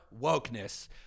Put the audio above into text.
Wokeness